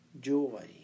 joy